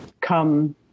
come